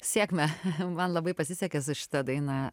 sėkmę man labai pasisekė su šita daina